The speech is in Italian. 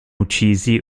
uccisi